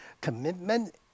Commitment